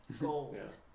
gold